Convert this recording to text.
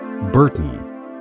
Burton